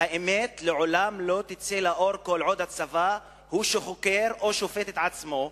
והאמת לעולם לא תצא לאור כל עוד הצבא הוא שחוקר או שופט את עצמו,